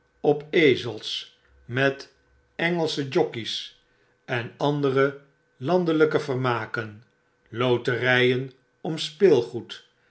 op ezels met engelsche jokeys en andere landelijke vermaken lotferyen om speelgoed